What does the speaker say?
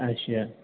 अच्छा